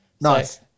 Nice